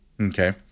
Okay